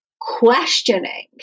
questioning